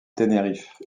tenerife